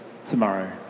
tomorrow